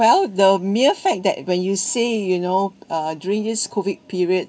well the mere fact that when you say you know uh during this COVID period